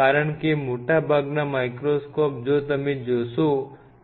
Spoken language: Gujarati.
કારણ કે મોટાભાગના માઇક્રોસ્કોપ જો તમે જોશો